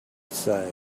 say